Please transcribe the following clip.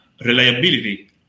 reliability